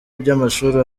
by’amashuri